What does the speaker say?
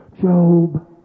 Job